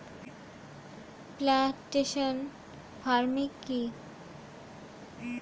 Plantation farming কি?